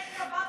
אין דבר כזה.